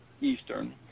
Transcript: Eastern